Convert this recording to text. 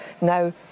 now